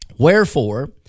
Wherefore